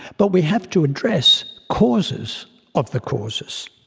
but we have to address causes of the causes.